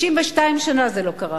62 שנה זה לא קרה.